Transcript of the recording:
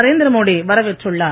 நரேந்திரமோடி வரவேற்றுள்ளார்